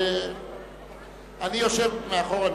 אני יושב מאחורנית.